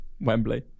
Wembley